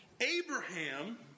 Abraham